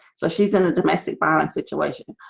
so she's in a domestic violence situation,